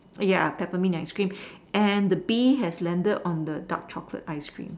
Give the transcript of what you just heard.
ya definitely ice cream and the bee has landed on the dark chocolate ice cream